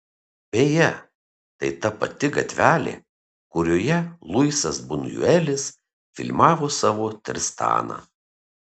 beje tai ta pati gatvelė kurioje luisas bunjuelis filmavo savo tristaną